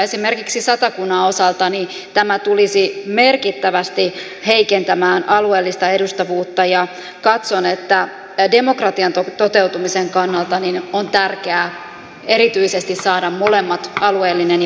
esimerkiksi satakunnan osalta tämä tulisi merkittävästi heikentämään alueellista edustavuutta ja katson että demokratian toteutumisen kannalta on tärkeää erityisesti saada molemmat alueellinen ja puo lueen edustavuus